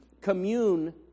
commune